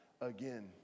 again